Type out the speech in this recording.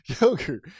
Yogurt